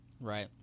Right